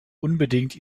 unbedingt